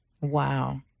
Wow